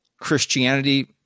Christianity